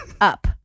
up